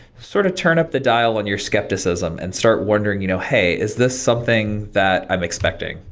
sort of turn up the dial on your skepticism and start wondering, you know hey, is this something that i'm expecting?